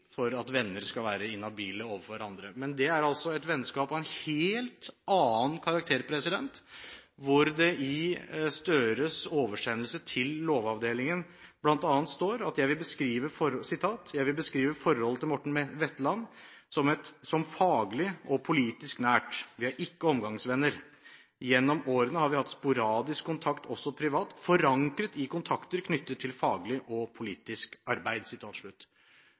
for at venner skal være inhabile overfor hverandre. Men det er et vennskap av en helt annen karakter. Det står i Gahr Støres oversendelse til Lovavdelingen bl.a.: «Jeg vil beskrive forholdet til Morten Wetland som faglig og politisk nært. Vi er ikke omgangsvenner. Gjennom årene har vi hatt sporadisk kontakt også privat, forankret i kontakter knyttet til faglig og politisk arbeid.»